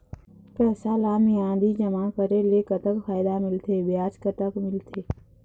पैसा ला मियादी जमा करेले, कतक फायदा मिलथे, ब्याज कतक मिलथे?